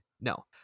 No